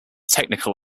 technical